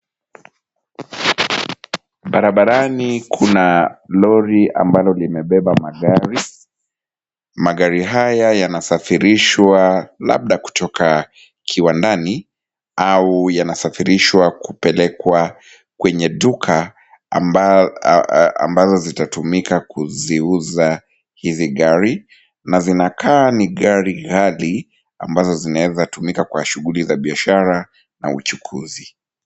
Barabarani kuna lori ambalo limebebeba magari, magari haya yanasafirishwa labda kutoka kiwandani, au yanasafirishwa kupelekwa kwenye duka ambazo zitatumika kuziuza hizi gari, na zinakaa ni gari ghali ambazo zinawezatumika kwa shughuli za biashara na uchukuzi.